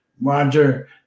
Roger